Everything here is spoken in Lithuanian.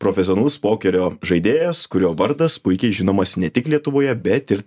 profesionalus pokerio žaidėjas kurio vardas puikiai žinomas ne tik lietuvoje bet ir